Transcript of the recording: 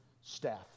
staff